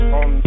on